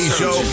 show